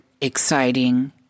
exciting